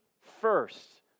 first